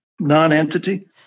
non-entity